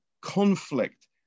conflict